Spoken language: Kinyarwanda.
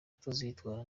tuzitwara